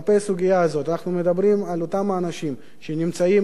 אנחנו מדברים על אותם האנשים שנמצאים בשטח,